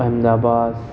Ahmedabad